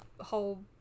whole